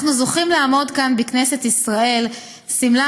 אנחנו זוכים לעמוד כאן, בכנסת ישראל, סמלה